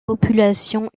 populations